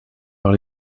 par